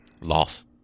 Loss